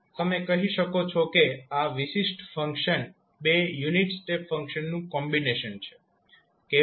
તમે કહી શકો છો કે આ વિશિષ્ટ ફંક્શન બે યુનિટ સ્ટેપ ફંક્શનનું કોમ્બિનેશન છે કેવી રીતે